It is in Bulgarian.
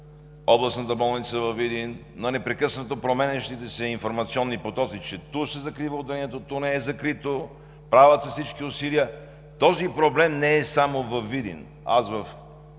областната болница във Видин, на непрекъснато променящите се информационни потоци, че ту се закрива отделението, ту не е закрито, правят се всички усилия. Този проблем не е само във Видин. До